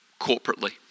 corporately